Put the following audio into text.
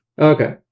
Okay